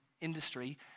industry